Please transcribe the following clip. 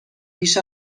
بیش